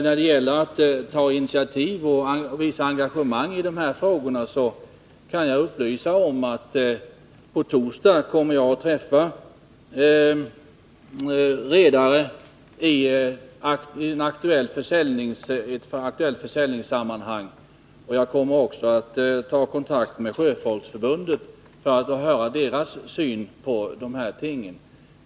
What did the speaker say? När det gäller att ta initiativ och visa engagemang i de här frågorna kan jag upplysa om att jag på torsdag kommer att träffa redare i ett aktuellt försäljningssammanhang. Jag kommer också att ta kontakt med Sjöfolksförbundet för att få höra förbundets syn på de här tingen.